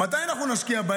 מתי אנחנו נשקיע בהם?